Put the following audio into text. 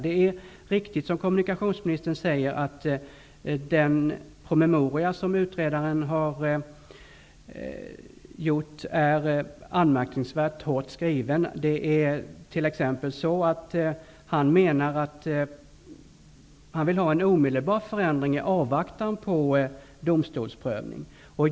Det är riktigt som kommunikationsministern säger: Den promemoria som utredaren har gjort är anmärkningsvärt hårt skriven. Det är t.ex så att han vill ha en omedelbar förändring i avvaktan på domstolsprövning.